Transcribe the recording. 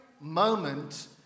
moment